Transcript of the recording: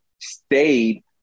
stayed